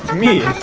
me!